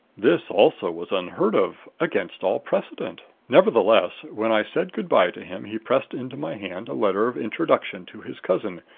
this, also, was unheard of against all precedent. nevertheless, when i said good-by to him he pressed into my hand a letter of introduction to his cousin,